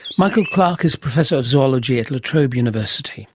michael clarke is professor of zoology at la trobe university